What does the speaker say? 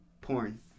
porn